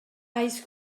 ice